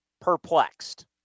perplexed